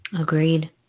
Agreed